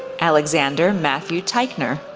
alexander matthew teichner,